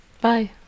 Bye